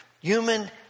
Human